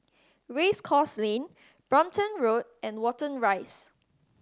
Race Course Lane Brompton Road and Watten Rise